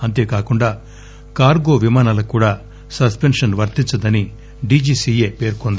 అంతేకాకుండా కార్గో విమానాలకు కూడా సస్పెన్షన్ వర్తించదని డిజిసిఎ పేర్కొంది